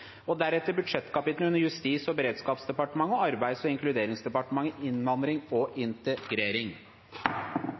regionalpolitikken. Deretter behandler man budsjettkapitlene under Justis- og beredskapsdepartementet og Arbeids- og sosialdepartementet: innvandring og integrering.